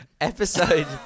episode